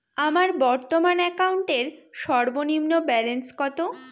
আমার বর্তমান অ্যাকাউন্টের সর্বনিম্ন ব্যালেন্স কত?